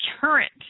current